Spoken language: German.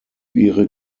ihre